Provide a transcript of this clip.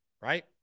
right